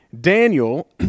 Daniel